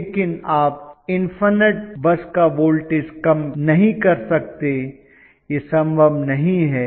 लेकिन आप infinite bus का वोल्टेज कम नहीं कर सकते यह संभव नहीं है